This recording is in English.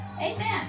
Amen